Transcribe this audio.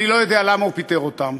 אני לא יודע למה הוא פיטר אותם,